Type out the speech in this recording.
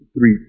three